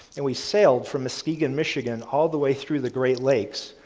and we sailed from muskegon michigan all the way through the great lakes,